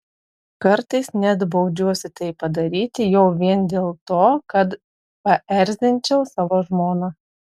kartais net baudžiuosi tai padaryti jau vien dėl to kad paerzinčiau savo žmoną